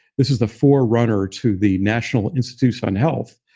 this is the forerunner to the national institutes on health.